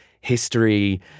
history